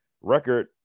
Record